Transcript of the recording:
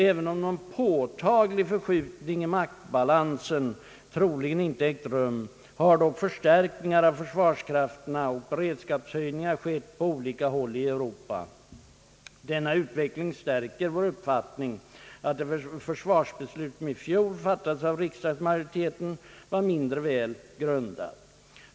även om någon påtaglig förskjutning i maktbalansen troligen inte ägt rum, har dock förstärkningar av försvarskrafterna och beredskapshöjningar skett på olika håll i Europa. Denna utveckling stärker vår uppfattning att det försvarsbeslut som i fjol fattades av riksdagsmajoriteten var mindre väl grundat.